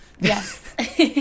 Yes